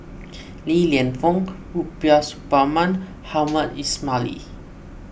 Li Lienfung Rubiah Suparman Hamed Ismail Lee